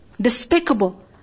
Despicable